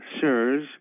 sirs